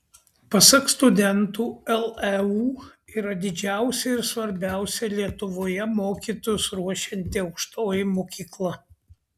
pasak studentų leu yra didžiausia ir svarbiausia lietuvoje mokytojus ruošianti aukštoji mokykla